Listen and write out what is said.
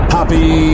Happy